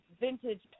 vintage